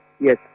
yes